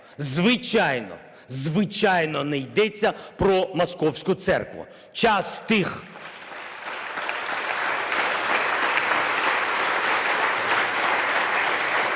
звичайно, звичайно, не йдеться про московську церкву!